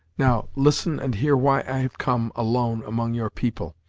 now, listen and hear why i have come alone among your people,